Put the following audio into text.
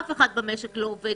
אף אחד במשק לא עובד